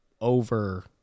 over